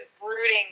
brooding